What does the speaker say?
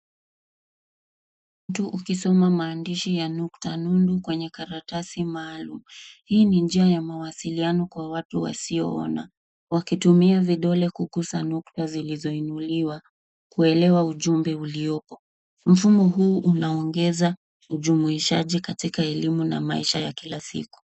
Mtu akisoma maandishi ya nukta nundu kwenye karatasi maalum. Hii ni njia ya mawasiliano kwa watu wasio ona, wakitumia vidole kugusa nukta zilizo inuliwa kuelewa ujumbe ulioko. Mfumu huu unaongeza ujumuishaji katika elimu na maisha ya kila siku.